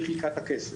והיא חילקה את הכסף.